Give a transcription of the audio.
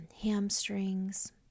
hamstrings